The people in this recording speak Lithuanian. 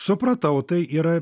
supratau tai yra